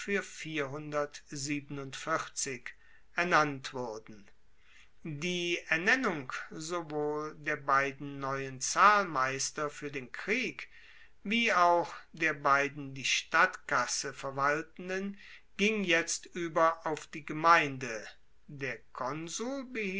fuer ernannt wurden die ernennung sowohl der beiden neuen zahlmeister fuer den krieg wie auch der beiden die stadtkasse verwaltenden ging jetzt ueber auf die gemeinde der konsul